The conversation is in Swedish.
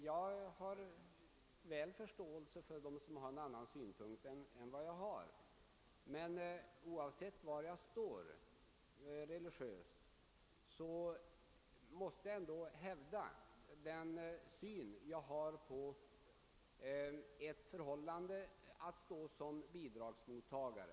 Jag har förståelse för dem som i denna fråga har en annan uppfattning än jag, men oavsett var jag står religiöst måste jag ändå hävda min syn på att stå som bidragsmottagare.